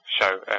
show